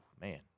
man